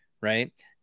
right